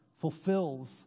fulfills